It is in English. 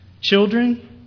Children